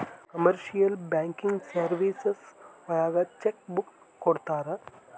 commercial banking services ಒಳಗ cheque book ಕೊಡ್ತಾರ